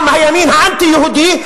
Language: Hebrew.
גם הימין האנטי-יהודי,